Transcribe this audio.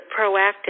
proactive